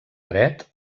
dret